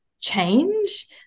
change